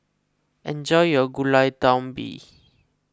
enjoy your Gulai Daun Ubi